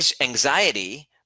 anxiety